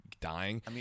dying